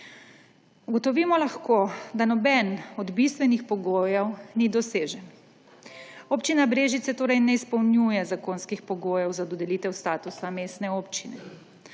Ugotovimo lahko, da nobeden od bistvenih pogojev ni dosežen. Občina Brežice torej ne izpolnjuje zakonskih pogojev za dodelitev statusa mestne občine.